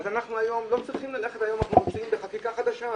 אז אנחנו היום לא נמצאים בחקיקה חדשה,